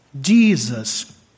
Jesus